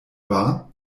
wahr